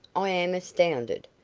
i am astounded.